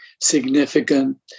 significant